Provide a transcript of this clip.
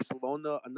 Barcelona